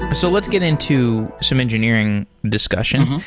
so let's get into some engineering discussions.